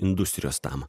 industrijos tam